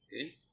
Okay